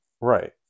Right